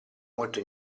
molto